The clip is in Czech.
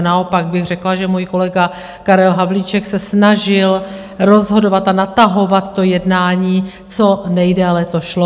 Naopak bych řekla, že můj kolega Karel Havlíček se snažil rozhodovat a natahovat to jednání, co nejdéle to šlo.